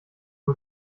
man